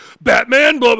Batman